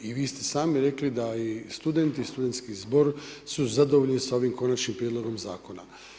I vi ste sami rekli da i studenti i studentski zbor su zadovoljni sa ovim konačnim prijedlogom zakona.